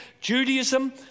Judaism